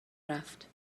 رفت